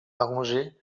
arrangés